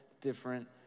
different